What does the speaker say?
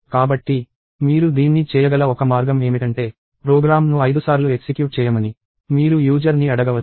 కాబట్టి మీరు దీన్ని చేయగల ఒక మార్గం ఏమిటంటే ప్రోగ్రామ్ను ఐదుసార్లు ఎక్సిక్యూట్ చేయమని మీరు యూజర్ ని అడగవచ్చు